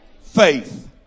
Faith